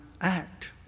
act